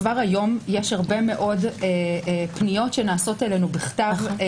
כבר היום יש הרבה מאוד פניות שנעשות אלינו בכתב.